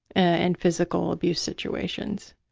and physical abuse situations,